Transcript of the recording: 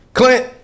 Clint